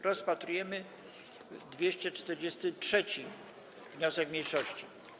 Rozpatrujemy 243. wniosek mniejszości.